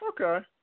Okay